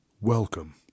welcome